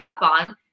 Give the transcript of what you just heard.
on